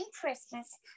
Christmas